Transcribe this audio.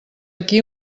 aquí